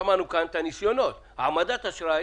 שמענו כאן את הניסיונות העמדת אשראי